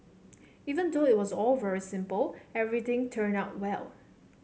even though it was all very simple everything turned out well